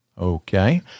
Okay